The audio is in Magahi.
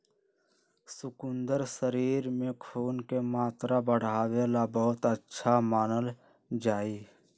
शकुन्दर शरीर में खून के मात्रा बढ़ावे ला बहुत अच्छा मानल जाहई